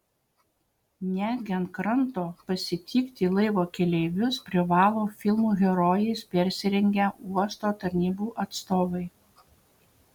netgi ant kranto pasitikti laivo keleivius privalo filmų herojais persirengę uosto tarnybų atstovai